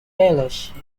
fellowship